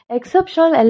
Exceptional